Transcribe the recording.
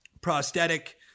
prosthetic